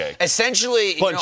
Essentially